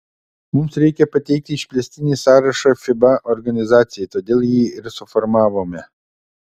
mums reikia pateikti išplėstinį sąrašą fiba organizacijai todėl jį ir suformavome